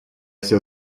все